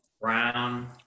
Brown